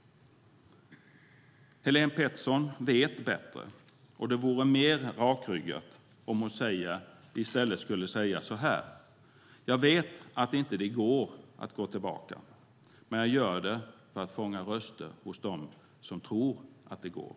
Helén Pettersson vet bättre. Det vore mer rakryggat om hon i stället sade så här: Jag vet att det inte går att gå tillbaka, men jag gör det för att fånga röster hos dem som tror att det går.